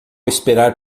esperar